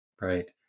right